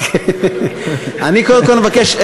אני קודם כול מבקש,